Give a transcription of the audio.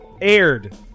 aired